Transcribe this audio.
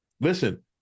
Listen